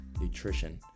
nutrition